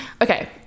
okay